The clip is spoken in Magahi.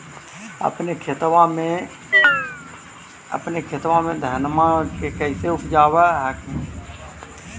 अपने खेतबा मे धन्मा के कैसे उपजाब हखिन?